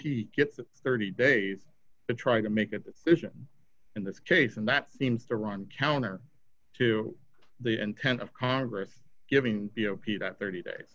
p gets thirty days to try to make a decision in this case and that seems to run counter to the intent of congress giving you no pete at thirty days